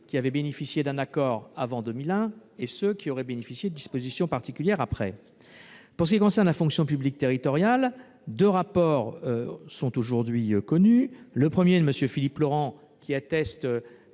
qui ont bénéficié d'un accord avant 2001 et ceux qui auraient fait l'objet de dispositions particulières après. Pour ce qui concerne la fonction publique territoriale, deux rapports sont aujourd'hui connus : celui de M. Philippe Laurent, qui atteste